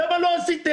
למה לא עשיתם?